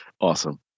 Awesome